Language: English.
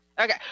Okay